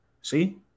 See